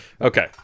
Okay